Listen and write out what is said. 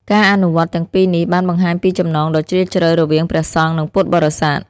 ការអនុវត្តន៍ទាំងពីរនេះ បានបង្ហាញពីចំណងដ៏ជ្រាលជ្រៅរវាងព្រះសង្ឃ និងពុទ្ធបរិស័ទ។